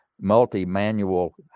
multi-manual